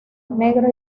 negro